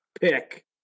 pick